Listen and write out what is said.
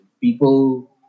people